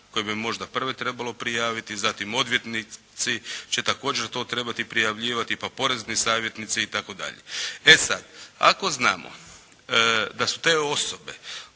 koje bi možda prve trebalo prijaviti, zatim odvjetnici će također to trebati prijavljivati, pa porezni savjetnici itd. E sada ako znamo da su te osobe